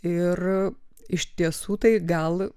ir iš tiesų tai gal